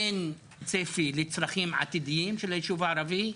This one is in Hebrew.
אין צפי לצרכים עתידיים של הישוב הערבי,